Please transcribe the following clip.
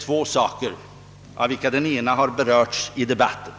två saker, av vilka den ena redan har berörts i debatten.